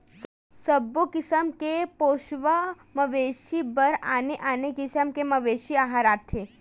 सबो किसम के पोसवा मवेशी बर आने आने किसम के मवेशी अहार आथे